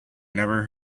never